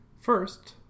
First